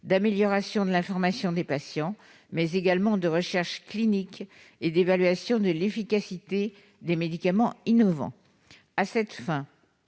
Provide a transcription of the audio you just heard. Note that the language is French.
d'amélioration de l'information des patients, mais aussi de recherche clinique et d'évaluation de l'efficacité des médicaments innovants. Dans cette